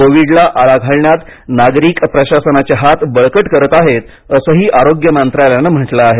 कोविडला आळा घालण्यात नागरिक प्रशासनाचे हात बळकट करत आहेत असंही आरोग्य मंत्रालयानं म्हटलं आहे